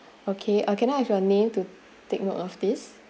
okay uh can I have your name to take note of this